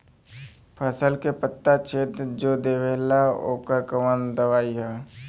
फसल के पत्ता छेद जो देवेला ओकर कवन दवाई ह?